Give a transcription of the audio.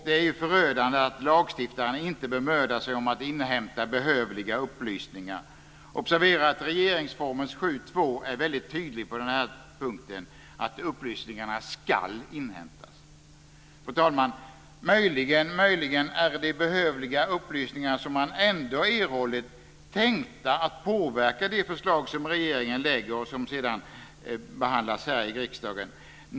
Det är också förödande att lagstiftaren inte bemödar sig om att inhämta behövliga upplysningar. Observera att regeringsformen 7 kap. 2 § är väldigt tydlig på den här punkten: Upplysningarna "skall" inhämtas. Fru talman! Möjligen, möjligen är de behövliga upplysningar som man ändå erhållit tänkta att påverka de förslag som regeringen lägger fram och som sedan behandlas här i riksdagen.